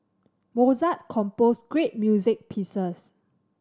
Mozart composed great music pieces